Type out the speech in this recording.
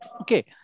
Okay